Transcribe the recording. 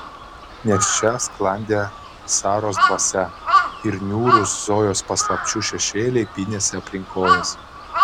nes čia sklandė saros dvasia ir niūrūs zojos paslapčių šešėliai pynėsi aplink kojas